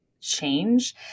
change